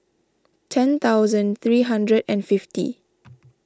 ten thousand three hundred and fifty